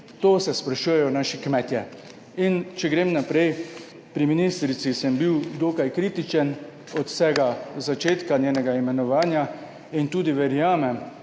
To se sprašujejo naši kmetje. In, če grem naprej. Pri ministrici sem bil dokaj kritičen od vsega začetka njenega imenovanja in tudi verjamem,